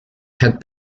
had